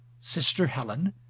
sister helen,